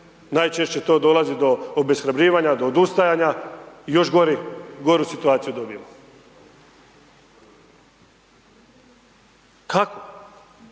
najčešće to dovodi do obeshrabljivanja, do odustajanja i još gori, goru situaciju dobijemo. Kako?